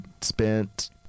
spent